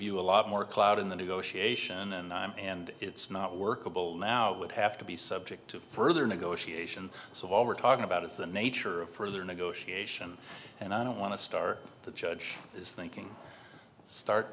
you a lot more clout in the negotiation and and it's not workable now would have to be subject to further negotiation so all we're talking about is the nature of further negotiation and i don't want to star the judge is thinking start